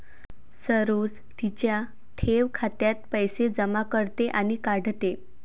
सरोज तिच्या ठेव खात्यात पैसे जमा करते आणि काढते